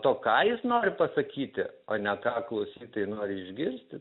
to ką jis nori pasakyti o ne ką klausytojai nori išgirsti